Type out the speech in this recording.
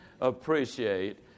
appreciate